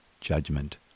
judgment